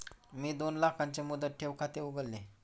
मी दोन लाखांचे मुदत ठेव खाते उघडले